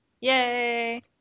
Yay